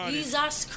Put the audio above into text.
Jesus